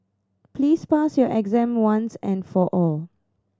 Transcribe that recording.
please pass your exam once and for all